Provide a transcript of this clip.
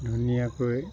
ধুনীয়াকৈ